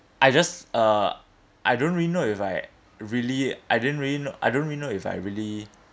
I just uh I don't really know if I really I didn't really know I don't really know if I really